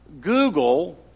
Google